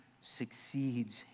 succeeds